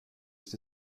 ist